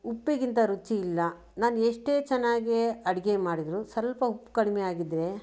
ಉಪ್ಪಿಗಿಂತ ರುಚಿಯಿಲ್ಲ ನಾನು ಎಷ್ಟೇ ಚೆನ್ನಾಗೆ ಅಡುಗೆ ಮಾಡಿದ್ರು ಸ್ವಲ್ಪ ಉಪ್ಪು ಕಡಿಮೆಯಾಗಿದ್ರೆ